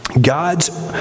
God's